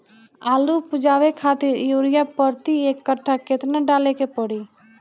आलू उपजावे खातिर यूरिया प्रति एक कट्ठा केतना डाले के पड़ी?